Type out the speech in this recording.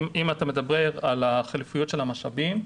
מדבר על המשאבים,